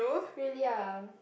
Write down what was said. really ah